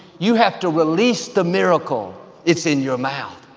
you have to release the miracle, it's in your mouth.